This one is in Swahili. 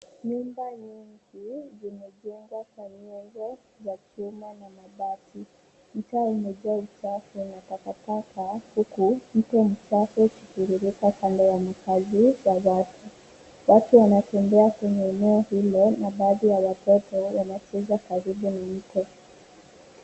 Nyumba nyingi, zimejengwa pamoja za chuma na mabati. Mtaa umejaa uchafu na takataka huku mto mchafu ukitiririka kando ya makazi ya watu. Watu wanatembea kwenye eneo hilo, na baadhi ya watoto wanacheza karibu na mto.